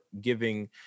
giving